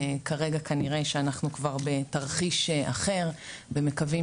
כרגע כנראה שאנחנו כבר בתרחיש אחר ומקווים